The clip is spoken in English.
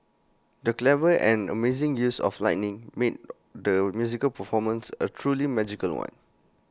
the clever and amazing use of lighting made the musical performance A truly magical one